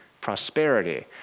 prosperity